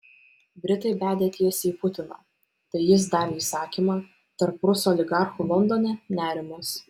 britai bedė tiesiai į putiną tai jis davė įsakymą tarp rusų oligarchų londone nerimas